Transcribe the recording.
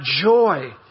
joy